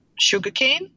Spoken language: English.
sugarcane